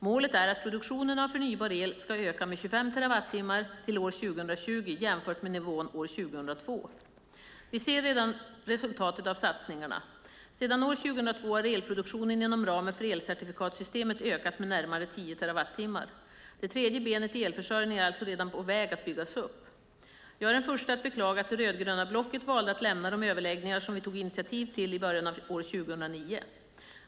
Målet är att produktionen av förnybar el ska öka med 25 terawattimmar till år 2020 jämfört med nivån år 2002. Vi ser redan resultatet av satsningarna. Sedan år 2002 har elproduktionen inom ramen för elcertifikatssystemet ökat med närmare 10 terawattimmar. Det tredje benet i elförsörjningen är alltså redan på väg att byggas upp. Jag är den första att beklaga att det rödgröna blocket valde att lämna de överläggningar som vi tog initiativ till i början av år 2009.